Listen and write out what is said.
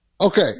Okay